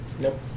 Nope